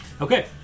Okay